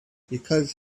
because